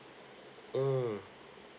mm